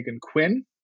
Quinn